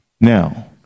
Now